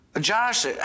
Josh